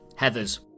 heathers